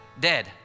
dead